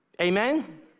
Amen